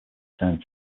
turn